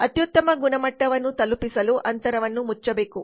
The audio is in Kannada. ಅತ್ಯುತ್ತಮ ಗುಣಮಟ್ಟವನ್ನು ತಲುಪಿಸಲು ಅಂತರವನ್ನು ಮುಚ್ಚಬೇಕು